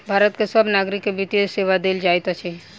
भारत के सभ नागरिक के वित्तीय सेवा देल जाइत अछि